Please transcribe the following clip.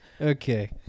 Okay